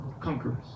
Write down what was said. conquerors